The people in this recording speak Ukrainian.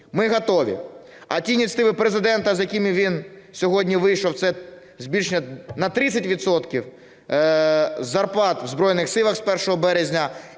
Ми готові. А ті ініціативи Президента, з якими він сьогодні вийшов, це збільшення на 30 відсотків зарплат в Збройних Силах з 1 березня,